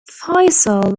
faisal